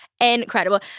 Incredible